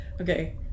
Okay